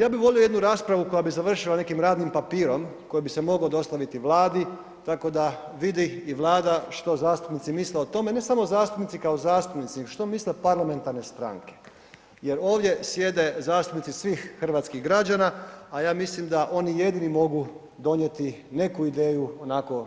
Ja bi volio jednu raspravu koja bi završila nekim radnim papirom koji bi se mogao dostaviti Vladi, tako da vidi i Vlada što zastupnici misle o tome, ne samo zastupnici kao zastupnici, nego što misle parlamentarne stranke jer ovdje sjede zastupnici svih hrvatskih građana, a ja mislim da oni jedini mogu donijeti neku ideju onako